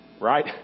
right